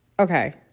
okay